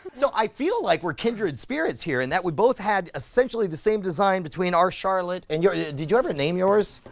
so i feel like we're kindred spirits here in that we both had essentially the same design between our charlotte and your, yeah did you ever name yours?